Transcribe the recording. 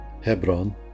Hebron